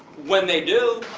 when they do,